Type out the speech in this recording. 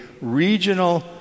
regional